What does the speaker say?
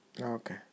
okay